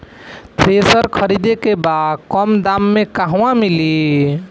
Thresher खरीदे के बा कम दाम में कहवा मिली?